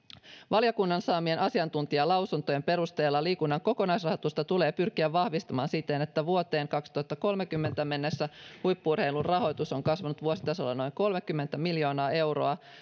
valiokunnan saamien asiantuntijalausuntojen perusteella liikunnan kokonaisrahoitusta tulee pyrkiä vahvistamaan siten että vuoteen kaksituhattakolmekymmentä mennessä huippu urheilun rahoitus on kasvanut vuositasolla noin kolmekymmentä miljoonaa euroa